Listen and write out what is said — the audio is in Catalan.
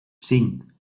cinc